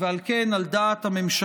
ועל כן, על דעת הממשלה,